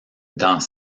dans